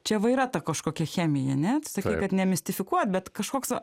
čia va yra ta kažkokia chemija ne tu sakei kad nemistifikuoji bet kažkoks